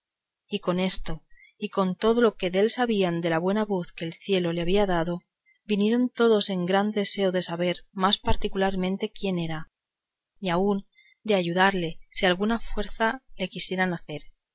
y con esto y con lo que dél sabían de la buena voz que el cielo le había dado vinieron todos en gran deseo de saber más particularmente quién era y aun de ayudarle si alguna fuerza le quisiesen hacer